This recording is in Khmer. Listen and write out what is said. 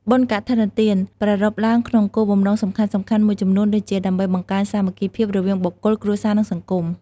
បុណ្យកឋិនទាន ប្រារព្ធឡើងក្នុងគោលបំណងសំខាន់ៗមួយចំនួនដូចជា ដើម្បីបង្កើនសាមគ្គីភាពរវាងបុគ្គល គ្រួសារ និងសង្គម។